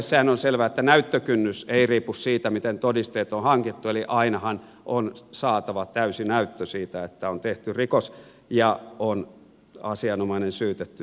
sehän on selvää että näyttökynnys ei riipu siitä miten todisteet on hankittu eli ainahan on saatava täysi näyttö siitä että on tehty rikos ja on asianomainen syytetty siihen syyllinen